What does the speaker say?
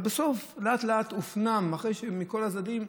בסוף, לאט-לאט, אחרי שמכל הצדדים,